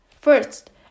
first